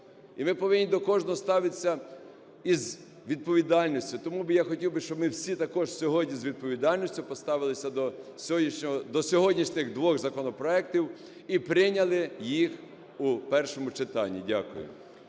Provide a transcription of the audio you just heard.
і ми повинні до кожного ставиться із відповідальністю. Тому би я хотів би, щоб ми всі також сьогодні з відповідальністю поставилися до сьогоднішніх двох законопроектів і прийняли їх у першому читанні. Дякую.